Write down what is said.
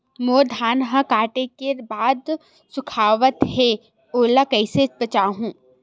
मोर धान ह काटे के बाद सुखावत हे ओला कइसे बेचहु?